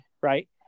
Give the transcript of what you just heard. right